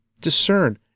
discern